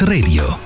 Radio